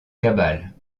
cabale